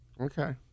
Okay